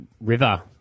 river